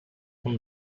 con